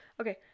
Okay